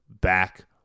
back